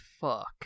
fuck